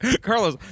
Carlos